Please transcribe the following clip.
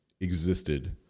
existed